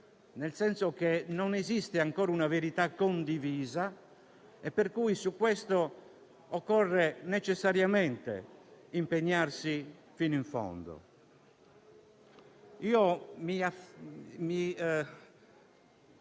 nel senso che non esiste ancora una verità condivisa. Su questo occorre necessariamente impegnarsi fino in fondo.